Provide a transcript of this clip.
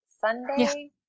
Sunday